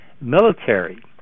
military